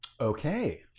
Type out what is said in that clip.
Okay